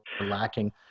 lacking